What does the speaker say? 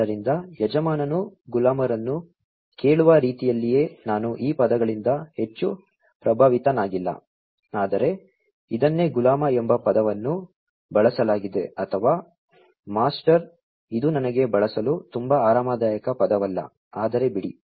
ಆದ್ದರಿಂದ ಯಜಮಾನನು ಗುಲಾಮರನ್ನು ಕೇಳುವ ರೀತಿಯಲ್ಲಿಯೇ ನಾನು ಈ ಪದಗಳಿಂದ ಹೆಚ್ಚು ಪ್ರಭಾವಿತನಾಗಿಲ್ಲ ಆದರೆ ಇದನ್ನೇ ಗುಲಾಮ ಎಂಬ ಪದವನ್ನು ಬಳಸಲಾಗಿದೆ ಅಥವಾ ಮಾಸ್ಟರ್ ಇದು ನನಗೆ ಬಳಸಲು ತುಂಬಾ ಆರಾಮದಾಯಕ ಪದವಲ್ಲ ಆದರೆ ಬಿಡಿ